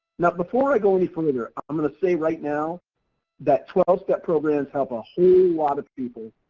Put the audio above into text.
now before i go any further, i'm going to say right now that twelve step programs help a whole lot of people.